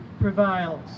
prevails